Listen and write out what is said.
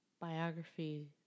biography